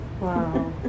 Wow